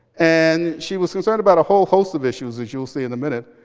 and she was concerned about a whole host of issues as you'll see in a minute,